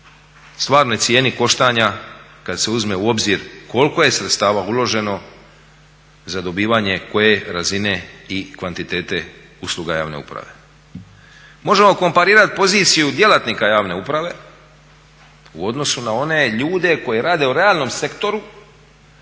stvarnoj cijeni koštanja kada se uzme u obzir koliko je sredstava uloženo za dobivanje koje razine i kvantitete usluga javne uprave. Možemo komparirati poziciju djelatnika javne uprave u odnosu na one ljude koji rade u realnom sektoru,